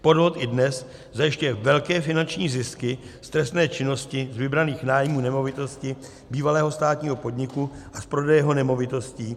Podvod i dnes zajišťuje velké finanční zisky z trestné činnosti z vybraných nájmů nemovitosti bývalého státního podniku a z prodeje jeho nemovitostí.